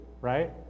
right